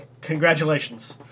congratulations